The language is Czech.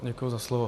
Děkuju za slovo.